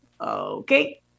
okay